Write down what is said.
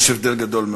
יש הבדל גדול מאוד.